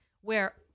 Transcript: where-